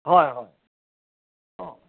হয় হয় অঁ